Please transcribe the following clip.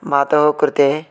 मातुः कृते